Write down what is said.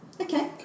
Okay